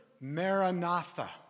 maranatha